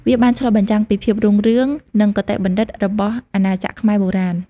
វាបានឆ្លុះបញ្ចាំងពីភាពរុងរឿង និងគតិបណ្ឌិតរបស់អាណាចក្រខ្មែរបុរាណ។